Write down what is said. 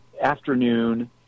afternoon